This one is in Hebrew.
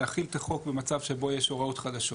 להחיל את החוק במצב שבו יש הוראות חדשות.